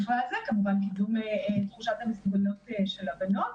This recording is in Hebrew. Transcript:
ובכלל זה כמובן תחושת המסוגלות של הבנות,